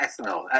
ethanol